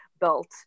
built